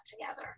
together